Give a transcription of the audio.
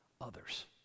others